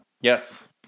Yes